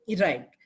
Right